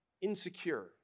insecure